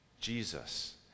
Jesus